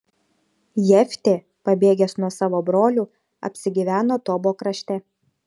jeftė pabėgęs nuo savo brolių apsigyveno tobo krašte